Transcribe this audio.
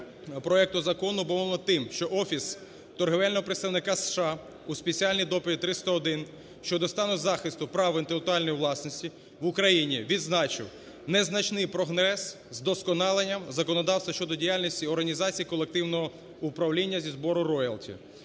проекту закону обумовлено тим, що Офіс торгівельного представника США у "Спеціальній доповіді 301" щодо стану захисту прав інтелектуальної власності в Україні відзначив незначний прогрес з вдосконаленням законодавства щодо діяльності і організації колективного управління зі збору роялті.